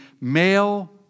male